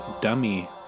Dummy